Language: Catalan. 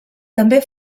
també